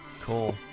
Cool